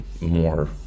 more